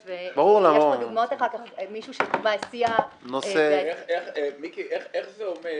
ויש פה דוגמאות אחר כך של מישהו לדוגמה שהסיע --- איך זה עומד